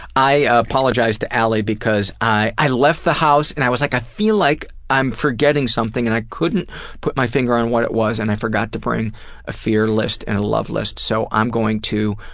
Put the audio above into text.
i apologize to ali, because i i left the house and i was like i feel like i'm forgetting something and i couldn't put my finger on what it was, and i forgot to bring a fear list and a love list so i'm going to